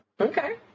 Okay